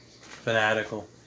fanatical